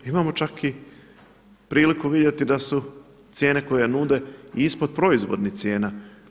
Imamo čak i priliku vidjeti da su cijene koje nude i ispod proizvodnih cijena.